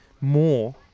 more